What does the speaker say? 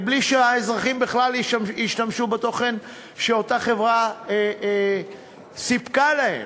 מבלי שהאזרחים בכלל ישתמשו בתוכן שאותה חברה סיפקה להם.